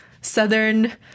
southern